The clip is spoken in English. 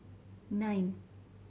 nine